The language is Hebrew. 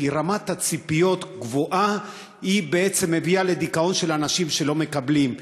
כי רמת ציפיות גבוהה בעצם מביאה לדיכאון של אנשים שלא מקבלים.